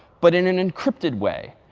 but in an encrypted way.